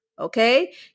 Okay